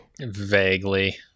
Vaguely